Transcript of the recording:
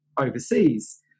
overseas